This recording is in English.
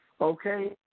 Okay